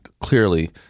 clearly